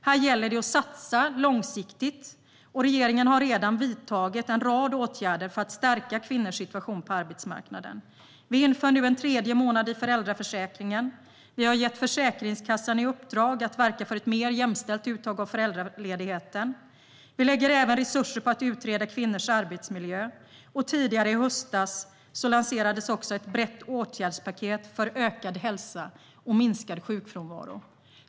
Här gäller det att satsa långsiktigt, och regeringen har redan vidtagit en rad åtgärder för att stärka kvinnors situation på arbetsmarknaden. Vi inför nu en tredje månad i föräldraförsäkringen. Vi har gett Försäkringskassan i uppdrag att verka för ett mer jämställt uttag av föräldraledigheten. Vi lägger även resurser på att utreda kvinnors arbetsmiljö, och tidigare i höstas lanserades ett brett åtgärdspaket för ökad hälsa och minskad sjukfrånvaro.